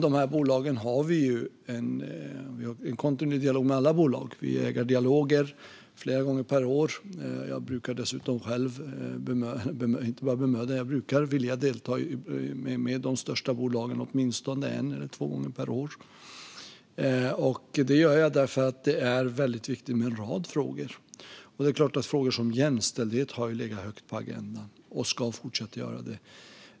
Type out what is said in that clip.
Vi har en kontinuerlig dialog med alla bolag. Vi har ägardialoger flera gånger per år. Jag brukar dessutom själv vilja delta i dialogen med de största bolagen åtminstone en eller två gånger per år. Det gör jag därför att en rad frågor är väldigt viktiga. Och det är klart att frågan om jämställdhet har legat högt på agendan och ska fortsätta göra det.